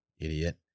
Idiot